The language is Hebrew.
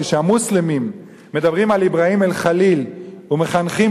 כשהמוסלמים מדברים על אברהים אל-ח'ליל ומחנכים